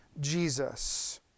Jesus